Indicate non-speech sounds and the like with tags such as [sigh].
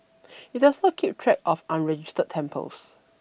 [noise] it does not keep track of unregistered temples